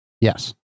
Yes